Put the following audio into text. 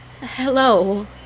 Hello